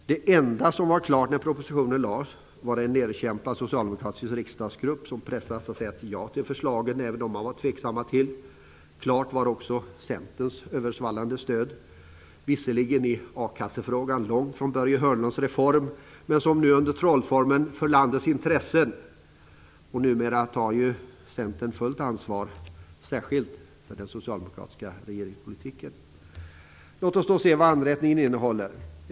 Det enda som var klart när propositionen lades fram var en nedkämpad socialdemokratisk riksdagsgrupp som pressats att säga ja till förslagen - även dem man var tveksam till. Klart var också Centerns översvallande stöd. Visserligen ligger man i akassefrågan långt från Börje Hörnlunds reform, men trollformeln är nu "för landets intressen". Numera tar ju Centern fullt ansvar, särskilt för den socialdemokratiska regeringspolitiken. Låt oss se vad anrättningen innehåller.